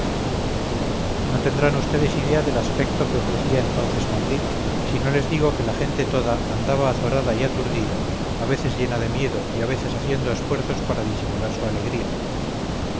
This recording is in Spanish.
no tendrán vds idea del aspecto que ofrecía entonces madrid si no les digo que la gente toda andabaazorada y aturdida a veces llena de miedo y a veces haciendo esfuerzos para disimular su alegría